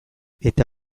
eta